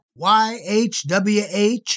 YHWH